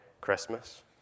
Christmas